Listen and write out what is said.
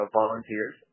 volunteers